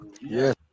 Yes